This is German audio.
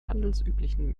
handelsüblichen